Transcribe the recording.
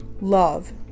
love